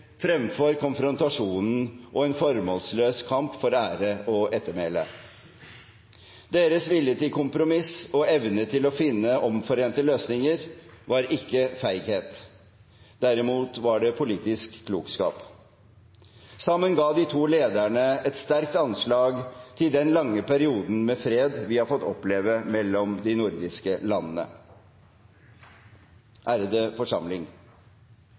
fremfor konfrontasjonen og en formålsløs kamp for ære og ettermæle. Deres vilje til kompromiss og evne til å finne omforente løsninger var ikke feighet. Derimot var det politisk klokskap. Sammen ga de to lederne et sterkt anslag til den lange perioden med fred vi har fått oppleve mellom de nordiske landene.